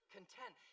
Content